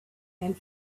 and